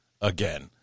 again